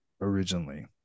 originally